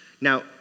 Now